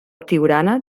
tiurana